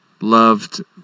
loved